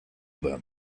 them